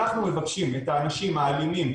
אנחנו מבקשים את האנשים האלימים,